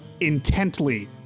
intently